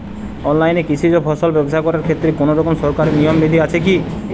অনলাইনে কৃষিজ ফসল ব্যবসা করার ক্ষেত্রে কোনরকম সরকারি নিয়ম বিধি আছে কি?